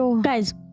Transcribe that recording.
Guys